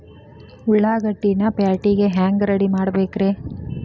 ಉಳ್ಳಾಗಡ್ಡಿನ ಪ್ಯಾಟಿಗೆ ಹ್ಯಾಂಗ ರೆಡಿಮಾಡಬೇಕ್ರೇ?